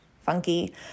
funky